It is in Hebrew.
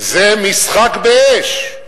זה משחק באש.